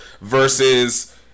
versus